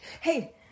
hey